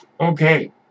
okay